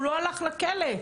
הוא לא הלך לכלא,